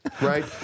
right